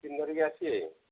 tiffin ଧରିକି ଆସିବେ